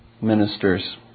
ministers